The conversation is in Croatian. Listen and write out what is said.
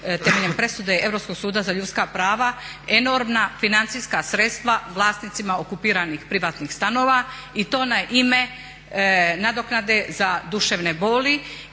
temeljem presude Europskog suda za ljudska prava enormna financijska sredstva vlasnicima okupiranih privatnih stanova i to na ime nadoknade za duševne boli